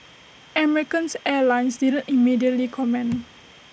Americans airlines didn't immediately comment